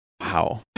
Wow